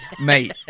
Mate